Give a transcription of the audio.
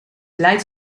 lijdt